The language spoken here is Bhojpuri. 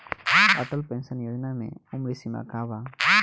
अटल पेंशन योजना मे उम्र सीमा का बा?